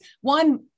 one